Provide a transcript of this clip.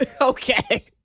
Okay